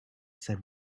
said